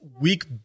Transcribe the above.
weak